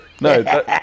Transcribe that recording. No